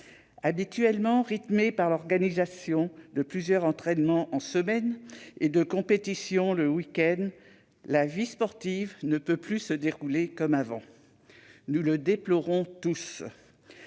Habituellement rythmée par l'organisation de plusieurs entraînements en semaine et de compétitions le week-end, la vie sportive ne peut plus se dérouler comme avant. Nous le déplorons tous.